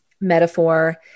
metaphor